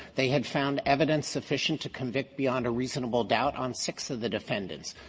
they had found evidence sufficient to convict beyond a reasonable doubt on six of the defendants.